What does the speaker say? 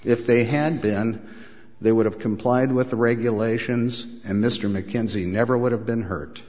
if they had been they would have complied with the regulations and mr mckenzie never would have been hurt